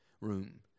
room